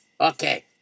Okay